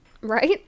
Right